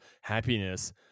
happiness